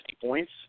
points